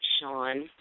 Sean